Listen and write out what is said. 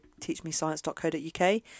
teachmescience.co.uk